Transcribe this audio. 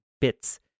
bits